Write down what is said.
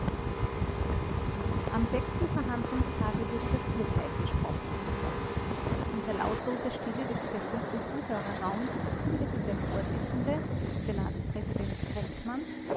am sechsten verhandlungstage wurde das urteil gesprochen unter lautloser stille des überfüllten zuhörerraums verkündete der vorsitzende senatspräsident